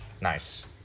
Nice